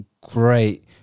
great